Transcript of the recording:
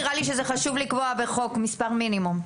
נראה לי שחשוב לקבוע בחוק מספר מינימום.